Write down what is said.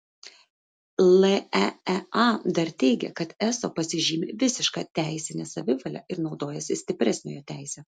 leea dar teigia kad eso pasižymi visiška teisine savivale ir naudojasi stipresniojo teise